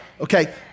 Okay